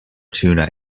tuna